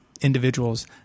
individuals